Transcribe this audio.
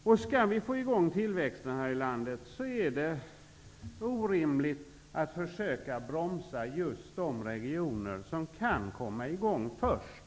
Om vi skall kunna få i gång tillväxten här i landet, är det orimligt att försöka bromsa just de regioner som kan komma i gång först.